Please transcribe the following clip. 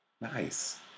Nice